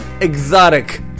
exotic